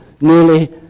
nearly